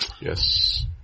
Yes